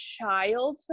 childhood